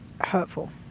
hurtful